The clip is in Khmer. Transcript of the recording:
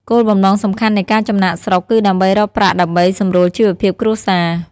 គោលបំណងសំខាន់នៃការចំណាកស្រុកគឺដើម្បីរកប្រាក់ដើម្បីសម្រួលជីវភាពគ្រួសារ។